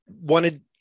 wanted